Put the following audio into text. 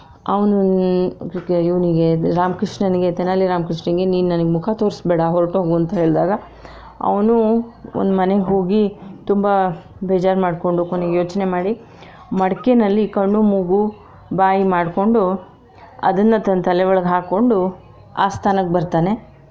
ಅವ್ನು ಅದಕ್ಕೆ ಇವನಿಗೆ ರಾಮಕೃಷ್ಣನಿಗೆ ತೆನಾಲಿ ರಾಮಕೃಷ್ಣಂಗೆ ನೀನು ನನಗ್ ಮುಖ ತೋರಿಸ್ಬೇಡ ಹೊರಟೋಗು ಅಂತ ಹೇಳಿದಾಗ ಅವನು ಅವ್ನ ಮನೆಗೆ ಹೋಗಿ ತುಂಬ ಬೇಜಾರು ಮಾಡಿಕೊಂಡು ಕೊನೆಗೆ ಯೋಚನೆ ಮಾಡಿ ಮಡಕೆನಲ್ಲಿ ಕಣ್ಣು ಮೂಗು ಬಾಯಿ ಮಾಡಿಕೊಂಡು ಅದನ್ನು ತನ್ನ ತಲೆ ಒಳಗೆ ಹಾಕ್ಕೊಂಡು ಆಸ್ಥಾನಕ್ಕೆ ಬರ್ತಾನೆ